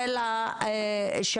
של